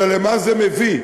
אלא מה זה מביא,